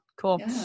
Cool